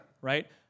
right